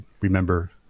remember